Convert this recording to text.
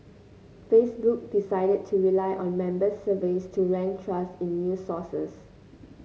facebook decided to rely on member surveys to rank trust in new sources